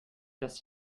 dass